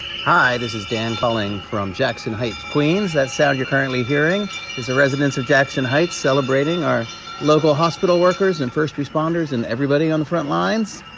hi. this is dan calling from jackson heights, queens. that sound you're currently hearing is the residents of jackson heights celebrating our local hospital workers and first responders and everybody on the front lines.